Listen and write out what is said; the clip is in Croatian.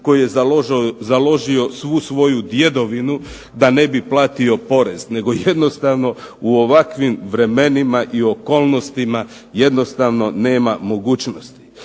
koji je založio svu svoju djedovinu da ne bi platio porez, nego jednostavno u ovakvim vremenima i okolnostima jednostavno nema mogućnosti.